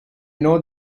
know